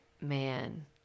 man